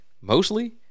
mostly